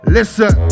Listen